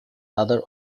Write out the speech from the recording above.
other